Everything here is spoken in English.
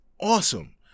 awesome